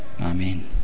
Amen